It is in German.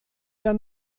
der